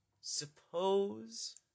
Suppose